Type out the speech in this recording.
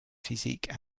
physique